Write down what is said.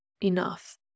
enough